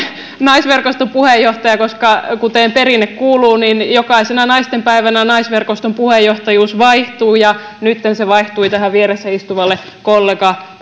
naisverkoston puheenjohtaja koska kuten perinne kuuluu jokaisena naistenpäivänä naisverkoston puheenjohtajuus vaihtuu ja nyt se vaihtui vieressä istuvalle kollega